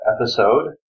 episode